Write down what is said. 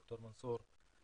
ד"ר מנסור עבאס,